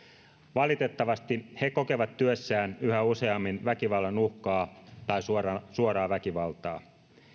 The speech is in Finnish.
valitettavasti he kokevat työssään yhä useammin väkivallan uhkaa tai suoraa suoraa väkivaltaa